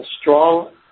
strong